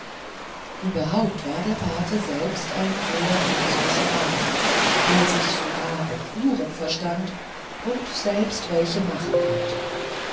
überhaupt war der pate selbst auch ein sehr künstlicher mann der sich sogar auf uhren verstand und selbst welche machen konnte